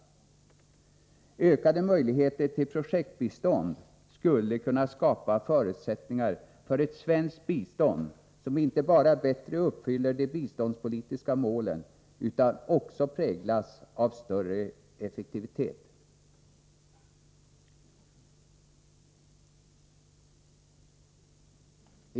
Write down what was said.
Ökade möjligheter till projektbistånd skulle kunna skapa förutsättningar för ett svenskt bistånd som inte bara bättre uppfyller de biståndspolitiska målen utan som också präglas av större effektivitet.